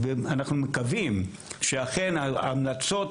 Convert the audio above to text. כשדיברנו על ההמלצות